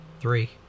Three